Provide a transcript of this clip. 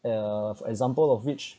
uh for example of which